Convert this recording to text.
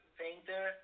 painter